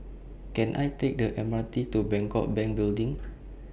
Can I Take The M R T to Bangkok Bank Building